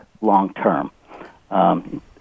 long-term